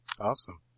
Awesome